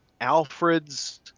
Alfred's